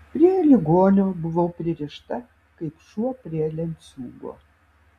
prie ligonio buvau pririšta kaip šuo prie lenciūgo